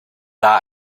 that